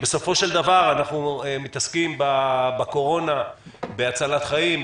בסופו של דבר אנחנו מתעסקים בקורונה בהצלת חיים,